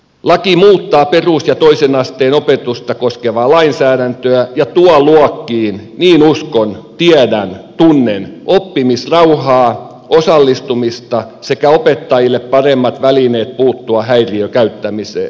laki muuttaa perus ja toisen asteen opetusta koskevaa lainsäädäntöä ja tuo luokkiin niin uskon tiedän tunnen oppimisrauhaa osallistumista sekä opettajille paremmat välineet puuttua häiriökäyttäytymiseen